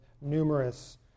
numerous